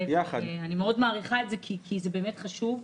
ואני מאוד מעריכה את זה כי זה באמת חשוב,